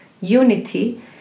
unity